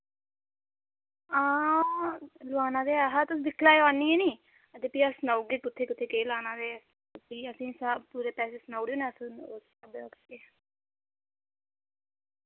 हां लोआना ते है हा तुस दिक्खी लैओ आह्नियै नि ते फ्ही अस सनाउगे कुत्थे कुत्थे केह् लाना ते फ्ही असें सब पुरे पैसे सनाउड़ेयो अस उस स्हाबे दा करगे